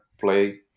play